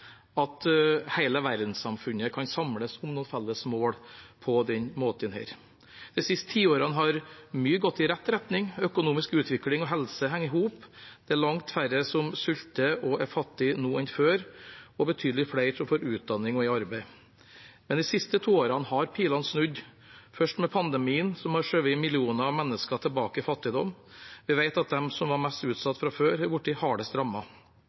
at hele verdenssamfunnet kan samles om noen felles mål på denne måten. De siste tiårene har mye gått i rett retning, økonomisk utvikling og helse henger i hop, det er langt færre som sulter og er fattige nå enn før, og betydelig flere får utdanning og er i arbeid. Men de siste to årene har pilene snudd, først med pandemien, som har skjøvet millioner av mennesker tilbake i fattigdom – vi vet at de som var mest